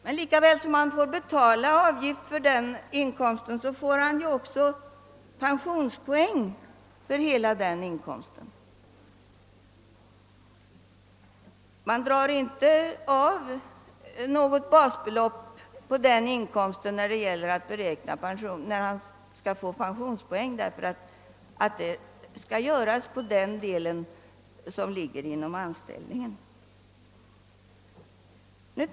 Men lika väl som han får betala avgift för den inkomsten får vederbörande också pensionspoäng för hela den inkomsten. Man drar inte av något basbelopp på den inkomsten när vederbörande skall få pensionspoäng, eftersom avdrag skall göras på den del som ligger inom anställningen.